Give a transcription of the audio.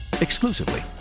exclusively